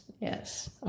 yes